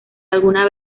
alguna